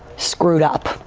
screwed up.